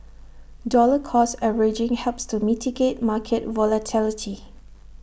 dollar cost averaging helps to mitigate market volatility